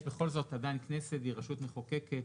יש בכל זאת עדיין כנסת והיא רשות מחוקקת,